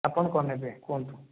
ଆପଣ କ'ଣ ନେବେ କୁହନ୍ତୁ